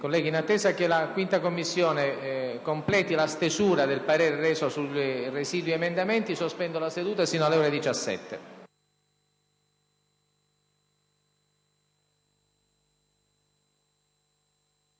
Colleghi, in attesa che la 5a Commissione permanente completi la stesura del parere reso sui residui emendamenti, sospendo la seduta sino alle ore 17.